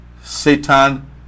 Satan